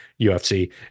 UFC